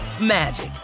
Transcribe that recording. magic